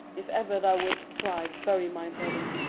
if ever thou wilt thrive, bury my body,